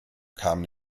kamen